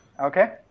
Okay